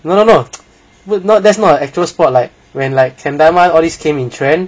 no no no that's not an actual spot like when like kendama came in trend